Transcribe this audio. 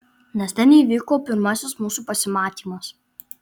nes ten įvyko pirmasis mūsų pasimatymas